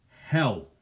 hell